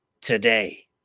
today